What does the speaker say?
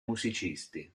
musicisti